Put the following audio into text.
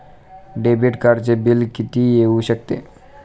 Debit कार्डचे bill किती येऊ शकते?